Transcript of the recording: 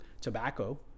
tobacco